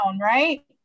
right